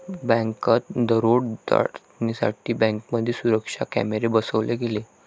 बँकात दरोडे टाळण्यासाठी बँकांमध्ये सुरक्षा कॅमेरे बसवले गेले